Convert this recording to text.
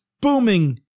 booming